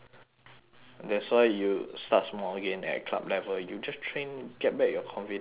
that's why you start small again at club level you just train get back your confidence in drumming